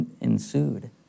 ensued